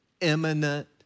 eminent